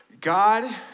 God